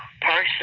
person